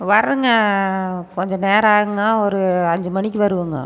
வரேன்ங்க கொஞ்சம் நேரம் ஆகுங்க ஒரு அஞ்சு மணிக்கு வருவோம்ங்க